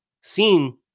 seen